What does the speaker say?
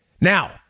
Now